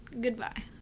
goodbye